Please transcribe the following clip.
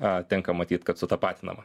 a tenka matyt kad sutapatinama